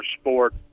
sport